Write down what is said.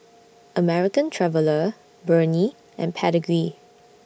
American Traveller Burnie and Pedigree